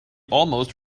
almost